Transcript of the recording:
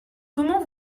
comment